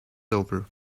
over